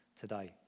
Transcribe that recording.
today